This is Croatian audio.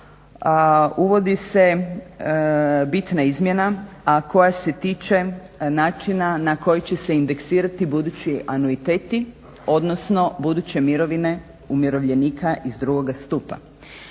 uvodi se bitna izmjena, a koja se tiče načina na koji će se indeksirati budući anuiteti, odnosno buduće mirovine umirovljenika iz drugoga stupa.